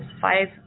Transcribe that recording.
five